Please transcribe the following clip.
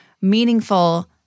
meaningful